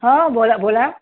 हं बोला बोला